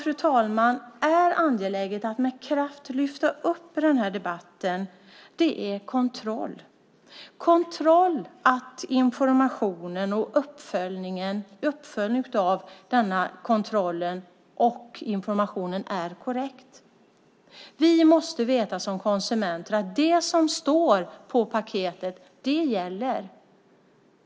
Det som är angeläget att med kraft lyfta fram i debatten är kontroll - kontroll av att informationen och uppföljningen av kontrollen och informationen är korrekt. Vi måste som konsumenter veta att det som står på paketet gäller.